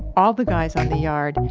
all the guys on the yard,